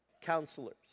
counselors